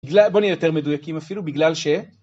בוא נהיה יותר מדויקים אפילו בגלל ש.